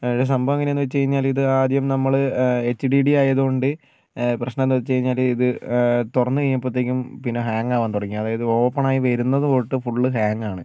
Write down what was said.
ഇത് സംഭവം എങ്ങനെയാന്ന് വെച്ച് കഴിഞ്ഞാല് ഇത് ആദ്യം നമ്മള് എച്ച് ഡി ഡി ആയതുകൊണ്ട് പ്രശ്നം എന്താന്ന് വെച്ച് കഴിഞ്ഞാല് ഇത് തുറന്നു കഴിഞ്ഞപ്പത്തേക്കും പിന്നെ ഹാങ്ങാവാൻ തുടങ്ങി അതായത് ഓപ്പണായി വരുന്നത് തൊട്ട് ഫുൾ ഹാങ്ങാണ്